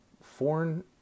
foreign